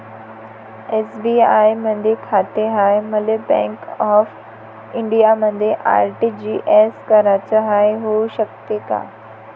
SBI मधी खाते हाय, मले बँक ऑफ इंडियामध्ये आर.टी.जी.एस कराच हाय, होऊ शकते का?